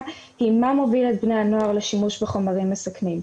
היא מה מוביל את בני הנוער לשימוש בחומרים מסכנים,